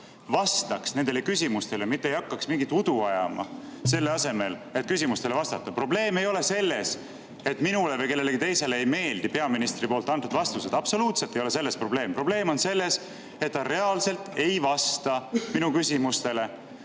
vastaks nendele küsimustele, mitte ei hakkaks mingit udu ajama selle asemel, et küsimustele vastata. Probleem ei ole selles, et minule või kellelegi teisele ei meeldi peaministri antud vastused. Absoluutselt ei ole selles probleem. Probleem on selles, et ta reaalselt ei vasta minu küsimustele.